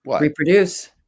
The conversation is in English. reproduce